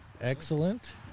Excellent